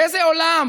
באיזה עולם